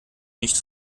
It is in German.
nicht